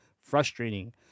frustrating